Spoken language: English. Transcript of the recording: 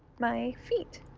my feet.